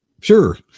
Sure